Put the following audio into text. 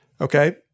Okay